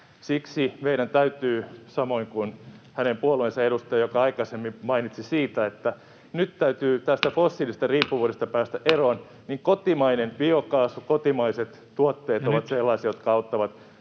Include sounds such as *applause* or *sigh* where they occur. Siksi meidän täytyy — samoin kuin hänen puolueensa edustaja aikaisemmin mainitsi siitä — *noise* nyt tästä fossiilisesta riippuvuudesta päästä eroon, ja kotimainen biokaasu ja kotimaiset tuotteet ovat sellaisia, [Puhemies: Ja